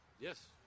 Yes